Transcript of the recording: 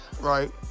Right